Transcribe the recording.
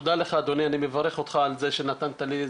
תודה לך אדוני, אני מברך אותך על זה שנתת לי.